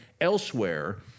elsewhere